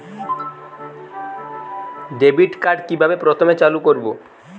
Debit card কিভাবে প্রথমে চালু করব?